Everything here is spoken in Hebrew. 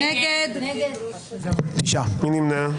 מי נמנע?